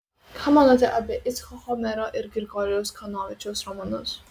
ką manote apie icchoko mero ir grigorijaus kanovičiaus romanus